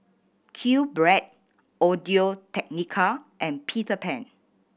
Q Bread Audio Technica and Peter Pan